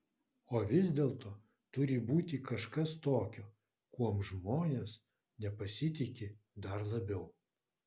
o vis dėlto turi būti kažkas tokio kuom žmonės nepasitiki dar labiau